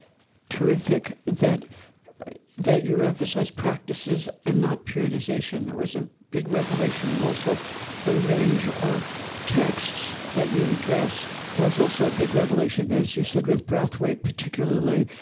terrific that that you emphasize practices and not periodization. that was a big revelation and also the range of texts that you address was also a big revelation. as you said with brathwaite particularly,